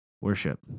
worship